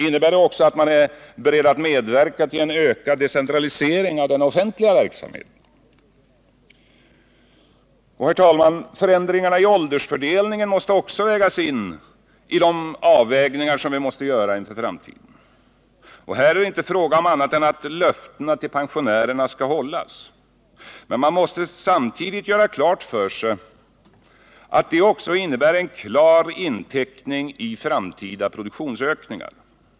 Innebär det också att man är beredd att medverka till en ökad decentralisering av den offentliga verksamheten? Herr talman! Förändringarna i åldersfördelningen måste också vägas in i de avvägningar som vi måste göra inför framtiden. Här är det inte fråga om annat än att löftena till pensionärerna skall hållas. Men man måste samtidigt göra klart för sig att det också innebär en klar inteckning i framtida produktions ökningar.